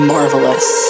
Marvelous